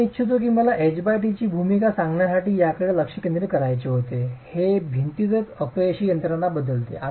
तर मी इच्छितो की मला ht ची भूमिका सांगण्यासाठी याकडे लक्ष केंद्रित करायचे होते हे भिंतीतच अपयशी यंत्रणा बदलते